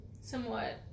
Somewhat